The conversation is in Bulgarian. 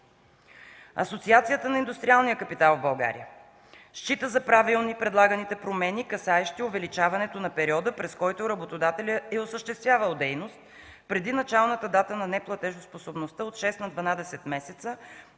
Асоциацията на индустриалния капитал в България счита за правилни предлаганите промени, касаещи увеличаването на периода, през който работодателят е осъществявал дейност преди началната дата на неплатежоспособността от 6 на 12 месеца